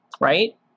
Right